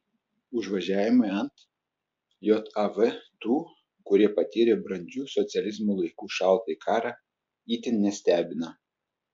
užvažiavimai ant jav tų kurie patyrė brandžių socializmo laikų šaltąjį karą itin nestebina